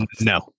No